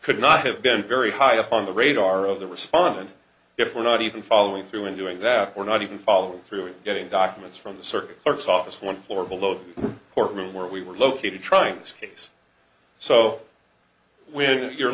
could not have been very high up on the radar of the respondent if we're not even following through and doing that we're not even follow through in getting documents from the circuit courts office one floor below the court room where we were located trying this case so when you're